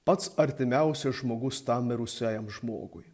pats artimiausias žmogus tam mirusiajam žmogui